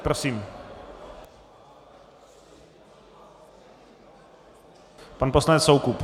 Prosím, pan poslanec Soukup.